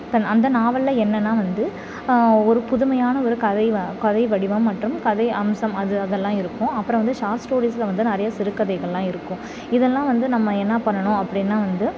தென் அந்த நாவலில் என்னனா வந்து ஒரு புதுமையான ஒரு கதை கதை வடிவம் மற்றும் கதை அம்சம் அது அதெல்லாம் இருக்கும் அப்புறம் வந்து ஷார்ட் ஸ்டோரிஸில் வந்து நிறையா சிறுகதைகள்லாம் இருக்கும் இதெல்லாம் வந்து நம்ம என்ன பண்ணணும் அப்படினா வந்து